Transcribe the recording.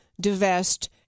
divest